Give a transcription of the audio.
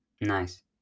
Nice